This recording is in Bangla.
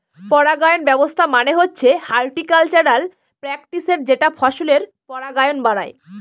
পরাগায়ন ব্যবস্থা মানে হচ্ছে হর্টিকালচারাল প্র্যাকটিসের যেটা ফসলের পরাগায়ন বাড়ায়